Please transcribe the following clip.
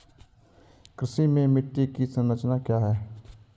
कृषि में मिट्टी की संरचना क्या है?